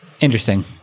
Interesting